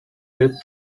ripped